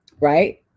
right